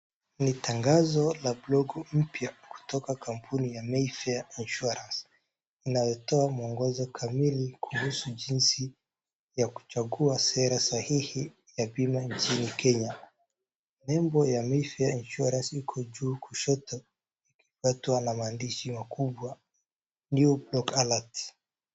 Ni tangazo la block mpya kutoka kampuni ya Mayfair Insurance, inaitoa mwongozo kamili kuhusu jinsi ya kuchagua sera sahihi ya bima nchini Kenya, nembo ya Mayfair Insurance iko juu kushoto, ikifuatwa na maandishi makubwa new blog alert .